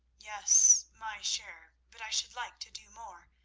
yes, my share but i should like to do more.